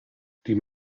die